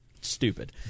stupid